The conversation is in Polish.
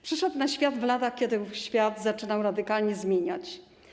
Przyszedł na świat w latach, kiedy ów świat zaczynał się radykalnie zmieniać.